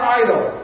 idle